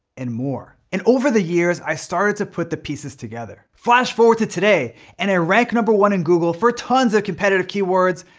and more. and over the years, i started to put the pieces together. flash forward to today and i rank number one in google for tons of competitive keywords,